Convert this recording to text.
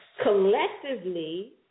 collectively